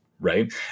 Right